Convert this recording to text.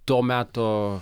to meto